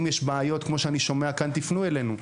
אם יש בעיות, כפי שאני שומע כאן, תיפנו אלינו.